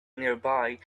nearby